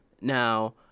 Now